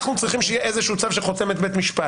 אנחנו צריכים איזשהו צו עם חותמת של בית המשפט.